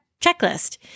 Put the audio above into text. checklist